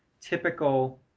typical